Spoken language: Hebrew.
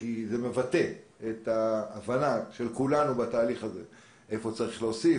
כי זה מבטא את ההבנה של כולנו בתהליך הזה איפה צריך להוסיף,